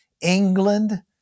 England